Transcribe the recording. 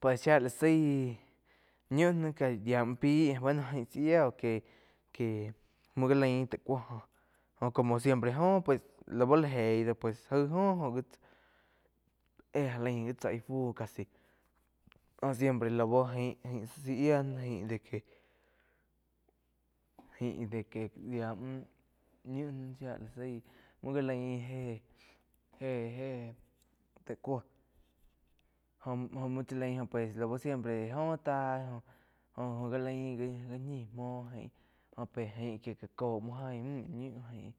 Pues shía la záih ñiu náh ká yía múh pih bueno jain zá yía óh que, que muo gá lain taig cúo jo como siempre joh pues lau la jeíh do pues aíg óh gó gi tsáh éh já lain gi tsá íh fu casi jo siempre lau jain-jain zah yía jain de que. Jain de que yiá múh ñiu náh shía la zaí já lain je-je taig cúo jo muo chá lain pues ka bu siempre jóh táh jo-jo já laín gá ñi muo jain jo pe jain que ja caum aín múh ñiu jaín